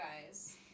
guys